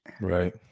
Right